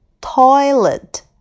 Toilet